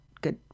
good